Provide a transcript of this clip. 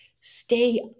stay